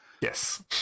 Yes